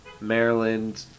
Maryland